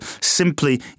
simply